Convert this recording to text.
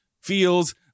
feels